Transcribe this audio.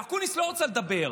ואקוניס לא רוצה לדבר,